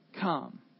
come